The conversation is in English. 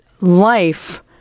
life